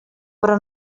però